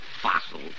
fossil